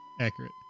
Accurate